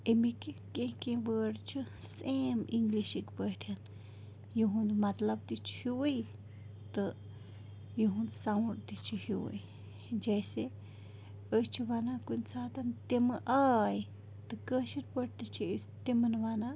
اَمِکۍ کیٚنہہ کیٚنہہ وٲڈ چھِ سیم اِنٛگلِشِک پٲٹھۍ یِہُنٛد مطلب تہِ چھِ ہیُوٕے تہٕ یِہُنٛد ساوُنٛڈ تہِ چھِ ہیُوٕے جیسے أسۍ چھِ ونان کُنہِ سات تِمہٕ آے تہٕ کٲشِر پٲٹھۍ تہِ چھِ أسۍ تِمَن وَنان